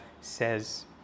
says